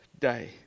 day